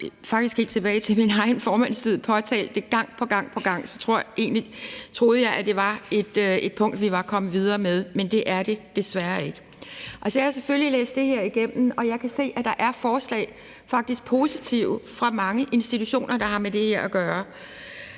jeg har faktisk helt tilbage til min egen formandstid påtalt det gang på gang, så jeg troede egentlig, at det var et punkt, vi var kommet videre med, men det er det desværre ikke. Jeg har selvfølgelig læst det her igennem, og jeg kan se, at der er forslag, faktisk positive, fra mange institutioner, der har med det her at gøre